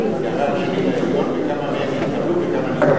שני לעליון וכמה מהם התקבלו וכמה נדחו.